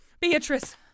Beatrice